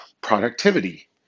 productivity